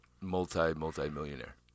multi-multi-millionaire